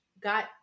got